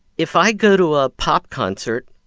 if i go to a pop concert,